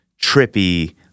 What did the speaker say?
trippy